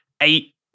eight